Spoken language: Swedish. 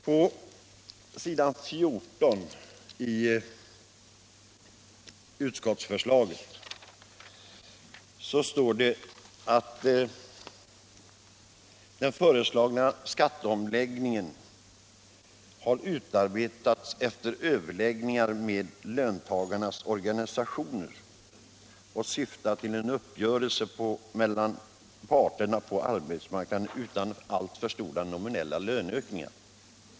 På s. 14 i utskottsbetänkandet står det att den föreslagna skatteomläggningen har utarbetats efter överläggningar med löntagarnas organisationer och syftar till en uppgörelse mellan parterna på arbetsmarknaden utan alltför stora nominella löneökningar.